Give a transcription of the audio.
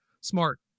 Smart